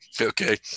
Okay